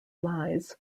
lies